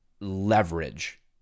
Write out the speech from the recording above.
leverage